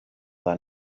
war